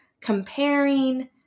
comparing